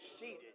seated